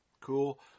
cool